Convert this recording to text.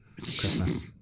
Christmas